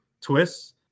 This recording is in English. twists